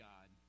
God